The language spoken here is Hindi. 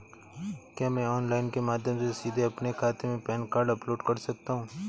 क्या मैं ऑनलाइन के माध्यम से सीधे अपने खाते में पैन कार्ड अपलोड कर सकता हूँ?